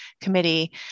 committee